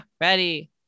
ready